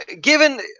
given